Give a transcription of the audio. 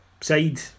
side